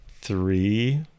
three